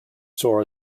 saw